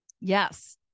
Yes